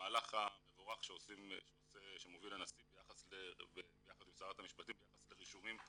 המהלך המבורך שמוביל הנשיא ביחד עם שרת המשפטים ביחס לרישומים פליליים,